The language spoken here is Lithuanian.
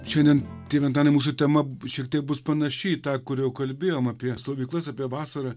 šiandien tėve antanai mūsų tema šiek tiek bus panaši į tą kur jau kalbėjom apie stovyklas apie vasarą